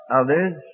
others